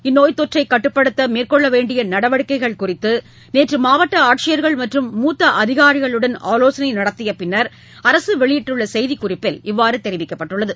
இந்நோய்த் தொற்றை கட்டுப்படுத்த மேற்கொள்ள வேண்டிய நடவடிக்கைகள் குறித்து நேற்று மாவட்ட ஆட்சியர்கள் மற்றும் மூத்த அதிகாரிகளுடன் ஆலோசனை நடத்திய பின்னர் அரசு வெளியிட்டுள்ள செய்திக் குறிப்பில் இவ்வாறு தெரிவிக்கப்பட்டுள்ளது